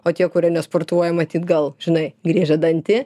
o tie kurie nesportuoja matyt gal žinai griežia dantį